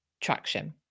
traction